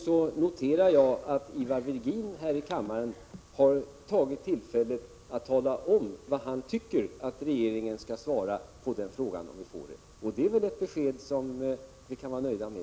Jag noterar att Ivar Virgin däremot har tagit tillfället i akt att här i kammaren tala om vad han tycker att regeringen skall svara på den frågan, om vi får den, och det är ett besked som vi för dagen kan vara nöjda med.